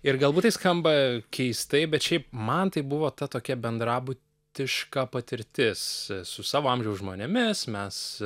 ir galbūt tai skamba keistai bet šiaip man tai buvo ta tokia bendrabutiška patirtis su savo amžiaus žmonėmis mes